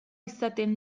izaten